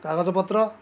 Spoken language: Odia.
କାଗଜପତ୍ର